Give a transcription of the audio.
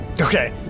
Okay